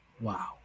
Wow